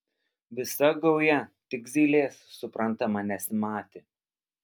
visa gauja tik zylės suprantama nesimatė